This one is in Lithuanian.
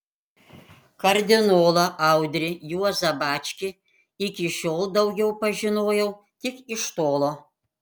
kardinolą audrį juozą bačkį iki šiol daugiau pažinojau tik iš tolo